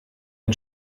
ein